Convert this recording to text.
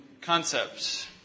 concepts